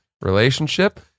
relationship